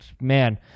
Man